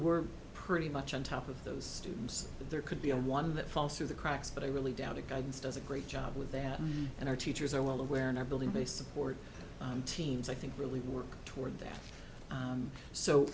we're pretty much on top of those students that there could be a one that falls through the cracks but i really doubt the guidance does a great job with that and our teachers are well aware and i believe they support teams i think really work toward that